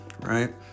Right